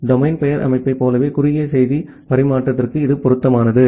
domain பெயர் அமைப்பைப் போலவே குறுகிய செய்தி பரிமாற்றத்திற்கும் இது பொருத்தமானது